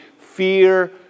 Fear